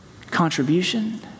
contribution